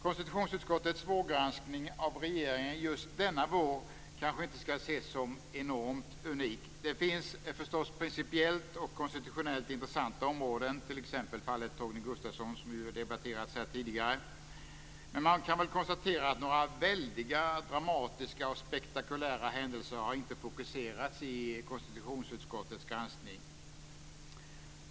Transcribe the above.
Konstitutionsutskottets vårgranskning av regeringen just denna vår kanske inte skall ses som enormt unik. Det finns förstås principiellt och konstitutionellt intressanta områden, t.ex. fallet Torgny Gustafsson - som har debatterats tidigare. Men man kan konstatera att några väldigt dramatiska och spektakulära händelser inte har fokuserats i konstitutionsutskottets granskning.